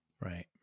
right